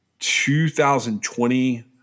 2020